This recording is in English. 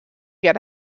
get